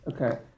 Okay